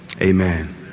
Amen